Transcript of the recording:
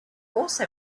also